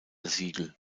siegel